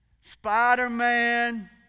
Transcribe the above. Spider-Man